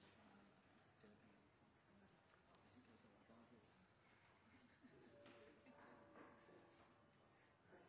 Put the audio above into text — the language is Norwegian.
kan fortsette på